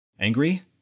Angry